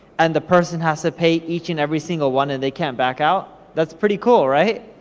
and the person has to pay each and every single one, and they can't back out? that's pretty cool, right?